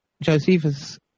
Josephus